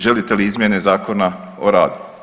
Želite li izmjene Zakona o radu?